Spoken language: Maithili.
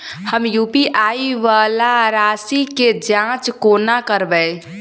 हम यु.पी.आई वला राशि केँ जाँच कोना करबै?